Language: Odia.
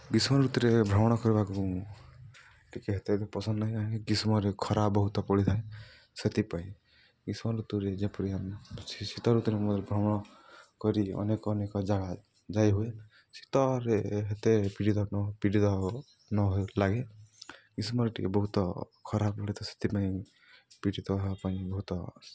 ଗ୍ରୀଷ୍ମ ଋତୁରେ ଭ୍ରମଣ କରିବାକୁ ଟିକିଏ ଏତେ ପସନ୍ଦ ନାହିଁ କାହିଁକି ଗ୍ରୀଷ୍ମରେ ଖରାପ ବହୁତ ପଡ଼ିଥାଏ ସେଥିପାଇଁ ଗ୍ରୀଷ୍ମ ଋତୁରେ ଯେପରି ଆମେ ଶୀତ ଋତୁରେ ମଧ୍ୟ ଭ୍ରମଣ କରି ଅନେକ ଅନେକ ଜାଗା ଯାଇ ହୁଏ ଶୀତରେ ହେତେ ପୀଡ଼ିତ ପୀଡ଼ିତ ନ ଲାଗେ ଗ୍ରୀଷ୍ମରେ ଟିକେ ବହୁତ ଖରାପ ପଡ଼େ ତ ସେଥିପାଇଁ ପୀଡ଼ିତ ହେବା ପାଇଁ ବହୁତ